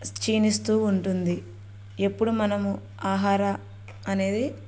క్షీణిస్తు ఉంటుంది ఎప్పుడు మనము ఆహారం అనేది